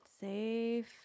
Safe